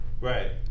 Right